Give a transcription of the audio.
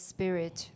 Spirit